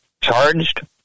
charged